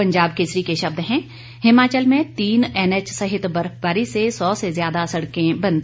पंजाब केसरी के शब्द हैं हिमाचल में तीन एनएच सहित बर्फबारी से सौ से ज्यादा सड़कें बंद